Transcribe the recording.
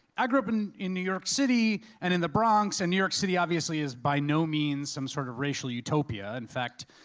i grew up in in new york city and in the bronx, and in new york city obviously is by no means some sort of racial utopia. in fact,